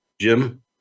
Jim